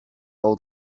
all